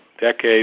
decades